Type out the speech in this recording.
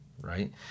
Right